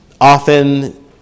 Often